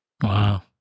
Wow